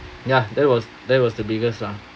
ya that was that was the biggest lah